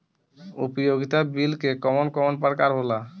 उपयोगिता बिल के कवन कवन प्रकार होला?